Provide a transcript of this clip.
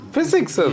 Physics